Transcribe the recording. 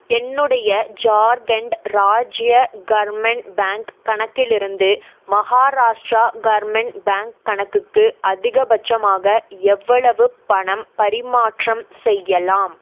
என்னுடைய ஜார்க்கண்ட் ராஜிய கர்மின் பேங்க் கணக்கிலிருந்து மஹாராஷ்டிரா கர்மின் பேங்க் கணக்குக்கு அதிகபட்சமாக எவ்வளவு பணம் பரிமாற்றம் செய்யலாம்